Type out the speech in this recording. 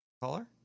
Caller